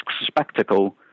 spectacle